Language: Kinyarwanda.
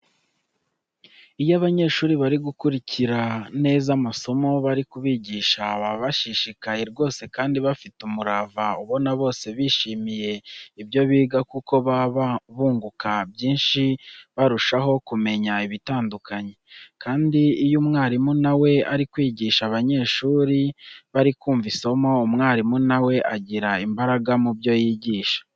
Iyo abanyeshuri bari gukurikira neza amasomo bari kubigisha, baba bashishikaye rwose kandi bafite umurava ubona bose bishimiye ibyo biga kuko baba bunguka byinshi barushaho kumenya ibitandukanye. Kandi iyo umwarimu na we ari kwigisha abanyeshuri bari kumva isomo, umwarimu na we agira imbaraga mu byo yigisha.